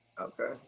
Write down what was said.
Okay